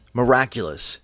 miraculous